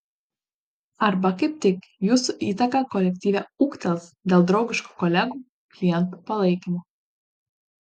arba kaip tik jūsų įtaka kolektyve ūgtels dėl draugiško kolegų klientų palaikymo